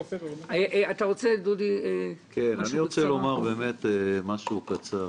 דודי, אתה רוצה לומר משהו קצר?